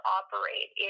operate